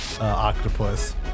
octopus